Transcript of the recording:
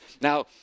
Now